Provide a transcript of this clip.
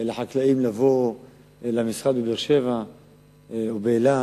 מהחקלאים לבוא למשרד בבאר-שבע ובאילת,